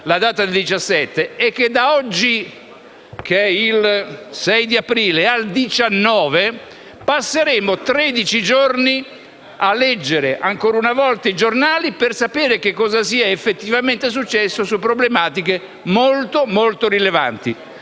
17 aprile, ma è che da oggi al 19 aprile passeremo tredici giorni a leggere ancora una volta i giornali per sapere cosa sia effettivamente successo su problematiche molto, molto rilevanti.